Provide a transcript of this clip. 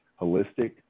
holistic